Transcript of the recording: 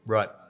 Right